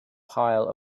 pile